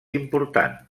important